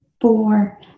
four